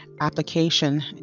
application